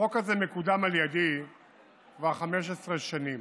החוק הזה מקודם על ידי כבר 15 שנים,